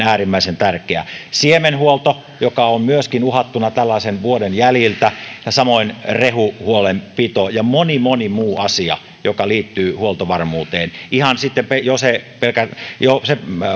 on äärimmäisen tärkeää siemenhuolto on myöskin uhattuna tällaisen vuoden jäljiltä ja samoin rehuhuolenpito ja moni moni muu asia joka liittyy huoltovarmuuteen ihan sitten jo siihen